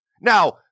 Now